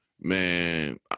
man